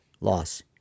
loss